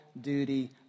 duty